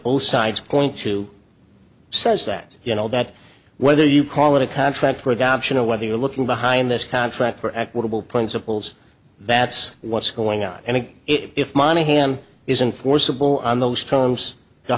both sides point to says that you know that whether you call it a contract for adoption or whether you're looking behind this contract for equitable principles that's what's going on and if monaghan isn't forcible on those terms the